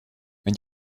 and